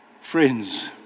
friends